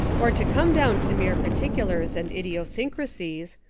or to come down to mere particulars and idiosyncracies,